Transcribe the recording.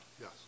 yes